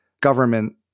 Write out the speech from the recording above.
government